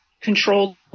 controlled